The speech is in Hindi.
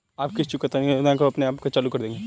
आप किस चुकौती योजना को अपने आप चालू कर देंगे?